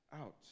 out